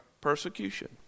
persecution